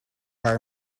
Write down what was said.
are